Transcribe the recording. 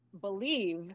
believe